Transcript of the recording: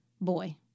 Boy